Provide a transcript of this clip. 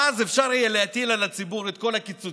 ואז אפשר יהיה להטיל על הציבור את כל הקיצוצים